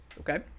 Okay